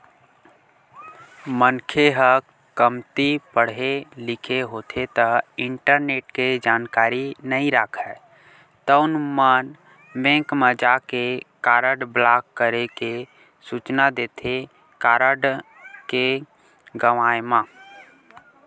मनखे ह कमती पड़हे लिखे होथे ता इंटरनेट के जानकारी नइ राखय तउन मन बेंक म जाके कारड ब्लॉक करे के सूचना देथे कारड के गवाय म